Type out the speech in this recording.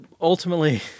Ultimately